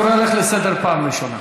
אני קורא אותך לסדר פעם ראשונה.